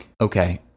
Okay